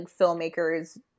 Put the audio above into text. filmmakers